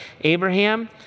Abraham